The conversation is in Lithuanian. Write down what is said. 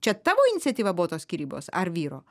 čia tavo iniciatyva buvo tos skyrybos ar vyro